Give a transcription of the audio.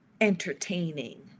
entertaining